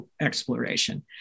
exploration